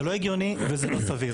זה לא הגיוני ולא סביר.